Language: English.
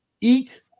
eat